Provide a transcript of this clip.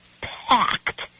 packed